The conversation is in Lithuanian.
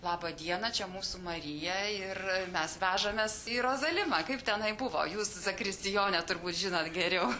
labą dieną čia mūsų marija ir mes vežamės į rozalimą kaip tenai buvo jūs zakristijone turbūt žinot geriau